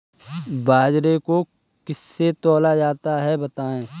बाजरे को किससे तौला जाता है बताएँ?